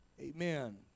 Amen